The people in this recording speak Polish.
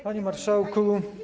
Panie Marszałku!